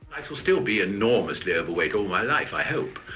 i shall still be enormously overweight all my life, i hope.